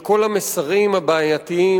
לכל המסרים הבעייתיים,